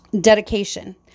Dedication